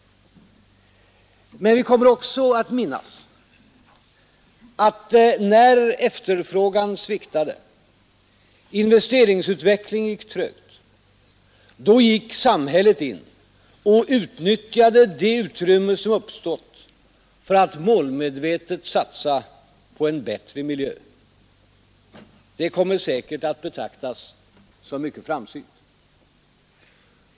Men vi kommer också att minnas att när efterfrågan sviktade och investeringsutvecklingen gick trögt, då gick samhället in och utnyttjade det utrymme som uppstod för att målmedvetet satsa på en bättre miljö. Det kommer säkert att betraktas som mycket framsynt.